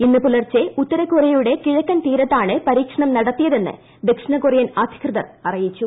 ഇന്ന് പുലർച്ചെ ഉത്തരകൊറിയയുടെ കിഴക്കൻ തീരത്താണ് പരീക്ഷണം നടത്തിയതെന്ന് ദക്ഷിണകൊറിയൻ അധികൃതർ അറിയിച്ചു